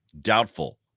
Doubtful